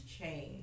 change